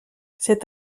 cet